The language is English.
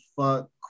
fuck